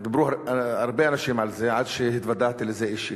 דיברו הרבה אנשים על זה עד שהתוודעתי לזה אישית.